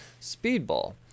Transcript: Speedball